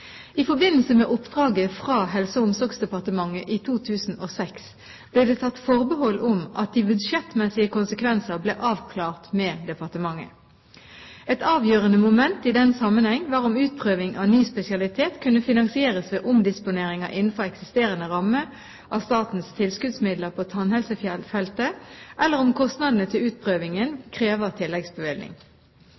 I forbindelse med oppdraget fra Helse- og omsorgsdepartementet i 2006 ble det tatt forbehold om at de budsjettmessige konsekvenser ble avklart med departementet. Et avgjørende moment i den sammenheng var om utprøving av ny spesialitet kunne finansieres ved omdisponeringer innenfor eksisterende ramme av statens tilskuddsmidler på tannhelsefeltet, eller om kostnadene til utprøvingen